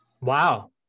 Wow